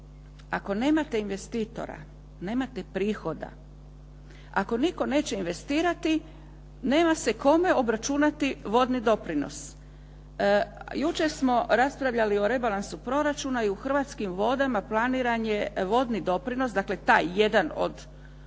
ako nemate investitora, nemate prihoda. Ako nitko neće investirati, nema se kome obračunati vodni doprinos. Jučer smo raspravljali o rebalansu proračuna i u Hrvatskim vodama planiran je vodni doprinos, dakle taj jedan od sedam